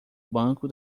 banco